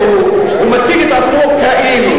הוא מציג את עצמו כאילו.